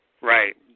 Right